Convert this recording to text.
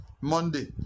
Monday